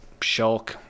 shulk